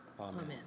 amen